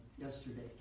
yesterday